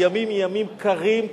הימים ימים קרים,